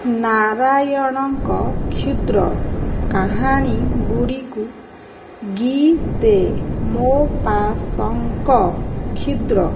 ନାରାୟଣଙ୍କ କ୍ଷୁଦ୍ର କାହାଣୀଗୁଡ଼ିକୁ ଗି ଦେ ମୋ ପାସଙ୍କ କ୍ଷୁଦ୍ର